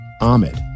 Ahmed